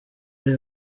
ari